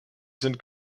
sind